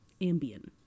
Ambien